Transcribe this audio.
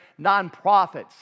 nonprofits